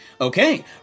Okay